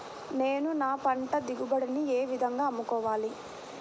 నేను నా పంట దిగుబడిని ఏ విధంగా అమ్ముకోవాలి?